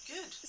Good